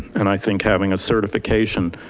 and i think having a certification,